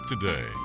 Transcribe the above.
Today